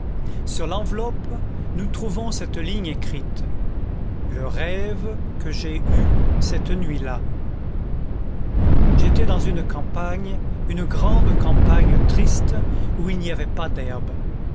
sur l'enveloppe nous trouvons cette ligne écrite le rêve que j'ai eu cette nuit-là j'étais dans une campagne une grande campagne triste où il n'y avait pas d'herbe